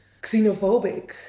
xenophobic